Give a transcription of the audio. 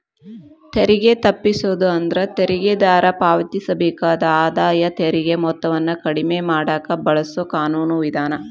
ತೆರಿಗೆ ತಪ್ಪಿಸೋದು ಅಂದ್ರ ತೆರಿಗೆದಾರ ಪಾವತಿಸಬೇಕಾದ ಆದಾಯ ತೆರಿಗೆ ಮೊತ್ತವನ್ನ ಕಡಿಮೆ ಮಾಡಕ ಬಳಸೊ ಕಾನೂನು ವಿಧಾನ